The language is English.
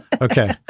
Okay